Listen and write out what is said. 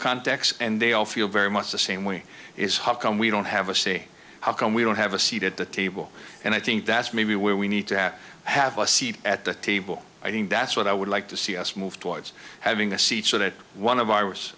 context and they all feel very much the same way is how come we don't have a say how come we don't have a seat at the table and i think that's maybe where we need to have have a seat at the table i think that's what i would like to see us move towards having the seats for that one a virus